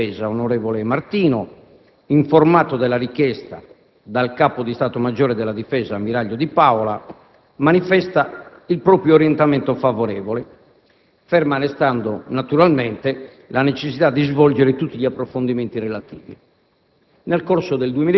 Il ministro della difesa, onorevole Martino, informato della richiesta dal Capo di Stato maggiore della Difesa, ammiraglio Di Paola, manifesta il proprio orientamento favorevole, ferma restando naturalmente la necessità di svolgere tutti gli approfondimenti relativi.